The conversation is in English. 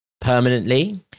permanently